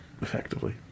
effectively